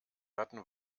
hatten